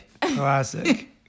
Classic